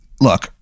look